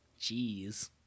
Jeez